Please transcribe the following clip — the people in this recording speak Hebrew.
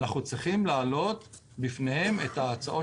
אנחנו צריכים להעלות בפניהם את ההצעות